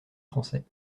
français